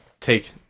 take